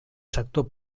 sector